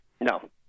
no